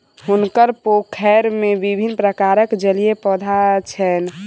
हुनकर पोखैर में विभिन्न प्रकारक जलीय पौधा छैन